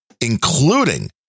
including